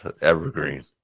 evergreen